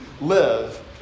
live